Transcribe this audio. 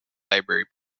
library